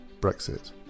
Brexit